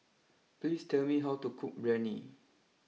please tell me how to cook Biryani